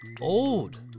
Old